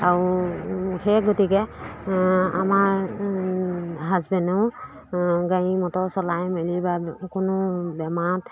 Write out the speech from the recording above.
আৰু সেই গতিকে আমাৰ হাজবেণ্ডেও গাড়ী মটৰ চলাই মেলি বা কোনো বেমাৰত